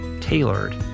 tailored